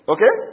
Okay